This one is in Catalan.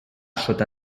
sota